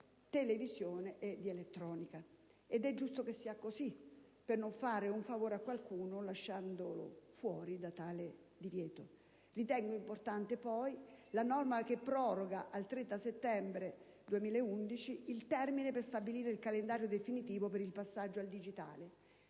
televisione ed elettronica. Ed è giusto che sia così, per non fare un favore a qualcuno, lasciandolo fuori da tale divieto. Ritengo importante poi la norma che proroga al 30 settembre 2011 il termine per stabilire il calendario definitivo per il passaggio al digitale